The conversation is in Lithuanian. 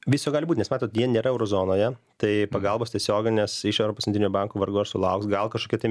visko gali būti nes matote jie nėra euro zonoje tai pagalbos tiesiogines iš europos centrinio banko vargu ar sulauks gal kažkokių tai